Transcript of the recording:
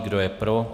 Kdo je pro?